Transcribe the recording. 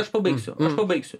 aš pabaigsiu aš pabaigsiu